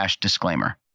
disclaimer